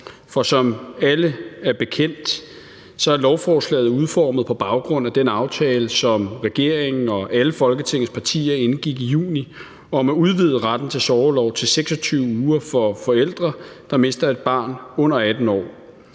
For som det er alle bekendt, er lovforslaget udformet på baggrund af den aftale, som regeringen og alle Folketingets partier indgik i juni, om at udvide retten til sorgorlov til 26 uger for forældre, der mister et barn under 18 år.